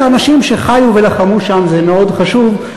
לאנשים שחיו ולחמו שם זה מאוד חשוב,